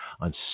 on